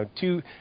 two